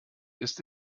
ist